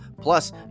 Plus